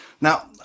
Now